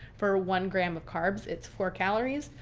for one gram of carbs, it's four calories.